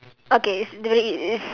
okay it's very it's